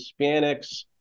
Hispanics